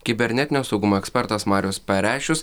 kibernetinio saugumo ekspertas marius pareščius